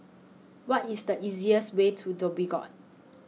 What IS The easiest Way to Dhoby Ghaut